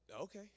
okay